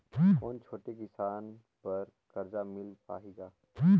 कौन छोटे किसान बर कर्जा मिल पाही ग?